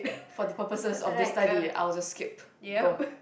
for the purposes of their study I will just skip go